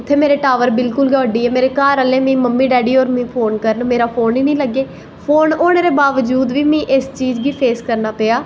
उत्थें मेरे टॉवर बिल्कुल गै उड्डिये घर आह्लेमीं फोन करन मेरा फोन गै नि लग्गै फोन होनें दे बाबज़ूद बी मिगी इस चीज़ गी फेस करनां पेआ